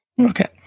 okay